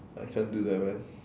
I can't do that man